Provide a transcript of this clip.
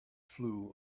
flew